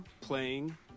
playing